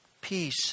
peace